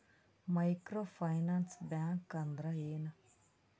Micro finance bank ಅಂದ್ರ ಏನು?